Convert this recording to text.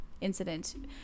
incident